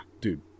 dude